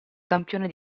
campione